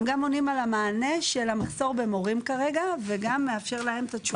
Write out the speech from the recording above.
הם גם עונים על המענה של המחסור במורים כרגע וזה גם מאפשר להם תשובה.